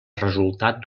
resultat